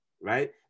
right